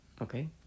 Okay